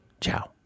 Ciao